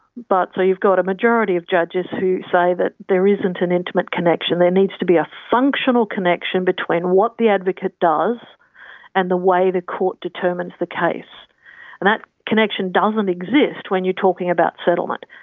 but so you've got a majority of judges who say that there isn't an intimate connection, there needs to be a functional connection between what the advocate does and the way the court determines the case. and that connection doesn't exist when you're talking about settlement.